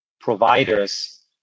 providers